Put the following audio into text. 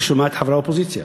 אני שומע את חברי האופוזיציה